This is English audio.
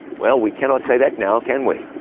well we cannot say that now, can we?